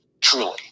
truly